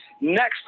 next